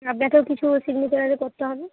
আপনাকেও কিছু সিগনেচার আগে করতে হবে